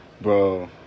Bro